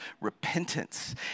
repentance